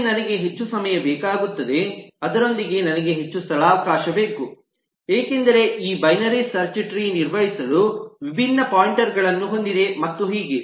ಆದರೆ ನನಗೆ ಹೆಚ್ಚು ಸಮಯ ಬೇಕಾಗುತ್ತದೆ ಅದರೊಂದಿಗೆ ನನಗೆ ಹೆಚ್ಚು ಸ್ಥಳಾವಕಾಶ ಬೇಕು ಏಕೆಂದರೆ ಈಗ ಬೈನರಿ ಸರ್ಚ್ ಟ್ರೀ ನಿರ್ವಹಿಸಲು ವಿಭಿನ್ನ ಪಾಯಿಂಟರ್ ಗಳನ್ನು ಹೊಂದಿದೆ ಮತ್ತು ಹೀಗೆ